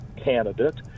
candidate